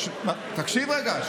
תקשיב רגע.